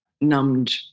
numbed